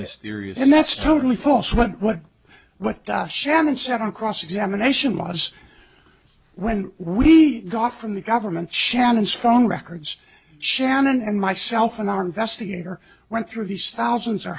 mysterious and that's totally false what what what shannon said on cross examination was when we got from the government shannon's phone records shannon and myself and our investigator went through these thousands or